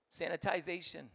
sanitization